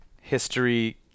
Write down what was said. history